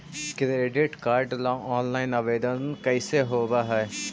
Credit card ल online आवेदन कैसे होब है?